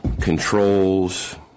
controls